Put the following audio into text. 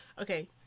Okay